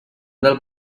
del